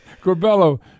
Corbello